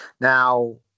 Now